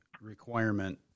requirement